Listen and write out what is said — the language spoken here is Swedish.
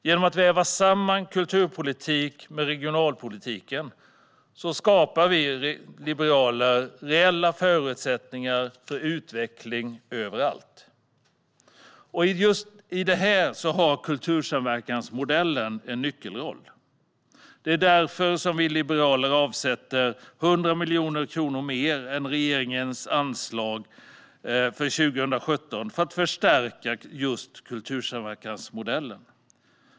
Genom att väva samman kulturpolitik med regionalpolitiken skapar vi liberaler reella förutsättningar för utveckling överallt. I detta har kultursamverkansmodellen en nyckelroll. Det är därför som vi liberaler avsätter 100 miljoner kronor mer än regeringens anslag för 2017 för att förstärka just kultursamverkansmodellen.